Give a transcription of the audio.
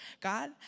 God